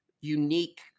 unique